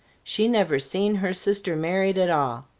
she never seen her sister married at all!